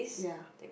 ya